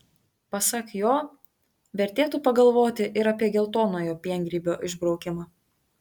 pasak jo vertėtų pagalvoti ir apie geltonojo piengrybio išbraukimą